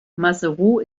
maseru